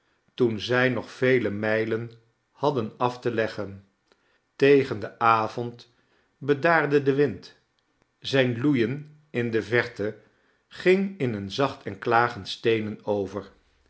toen zij nog vele mijlen hadden af te leggen tegen den avond bedaarde de wind zijn loeien in de verte ging in een zacht en klagend stenen over